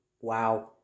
Wow